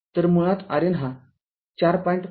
तरमुळात RN हा ४